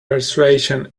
persuasion